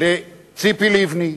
לציפי לבני,